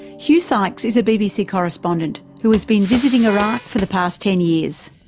hugh sykes is a bbc correspondent who has been visiting iraq for the past ten years.